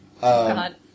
God